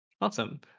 Awesome